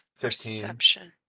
Perception